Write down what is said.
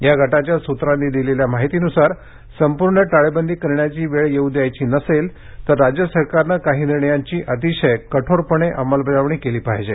या गटाच्या सूत्रांनी दिलेल्या माहितीनुसार संपूर्ण टाळेबंदी करण्याची वेळ येऊ द्यायची नसेल तर राज्य सरकारने काही निर्णयांची अतिशय कठोरपणे अंमलबजावणी केली पाहिजे